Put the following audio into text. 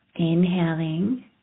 Inhaling